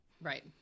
Right